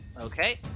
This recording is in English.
Okay